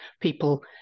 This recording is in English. people